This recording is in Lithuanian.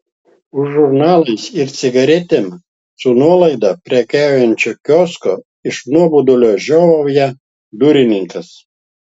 už žurnalais ir cigaretėm su nuolaida prekiaujančio kiosko iš nuobodulio žiovauja durininkas